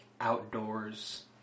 outdoors